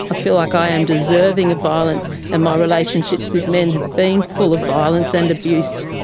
ah feel like i am deserving of violence and my relationships with men have been full of violence and abuse.